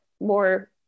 more